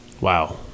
Wow